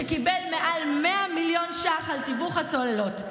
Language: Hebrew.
שקיבל מעל 100 מיליון ש"ח על תיווך הצוללות.